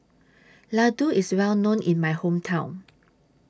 Laddu IS Well known in My Hometown